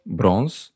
bronze